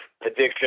addiction